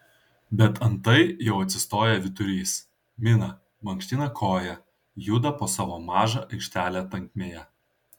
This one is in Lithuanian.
bet antai jau atsistoja vyturys mina mankština koją juda po savo mažą aikštelę tankmėje